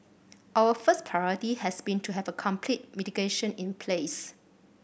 our first priority has been to have a complete mitigation in place